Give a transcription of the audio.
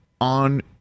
on